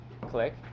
click